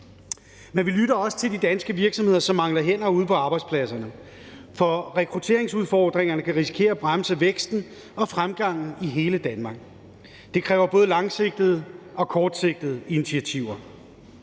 Men vi lytter også til de danske virksomheder, som mangler hænder ude på arbejdspladserne. For rekrutteringsudfordringerne kan risikere at bremse væksten og fremgangen i hele Danmark. Det kræver både langsigtede og kortsigtede initiativer.